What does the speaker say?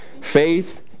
Faith